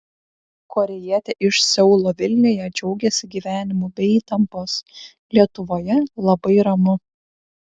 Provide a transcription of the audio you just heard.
korėjietė iš seulo vilniuje džiaugiasi gyvenimu be įtampos lietuvoje labai ramu